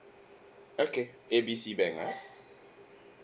okay A B C bank right